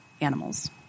animals